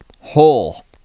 hole